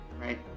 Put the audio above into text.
right